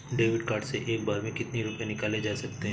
David card से एक बार में कितनी रूपए निकाले जा सकता है?